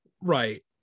right